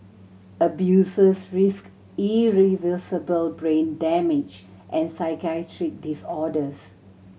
abusers risked irreversible brain damage and psychiatric disorders